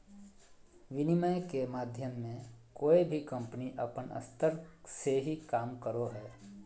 विनिमय के माध्यम मे कोय भी कम्पनी अपन स्तर से ही काम करो हय